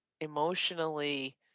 emotionally